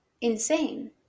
insane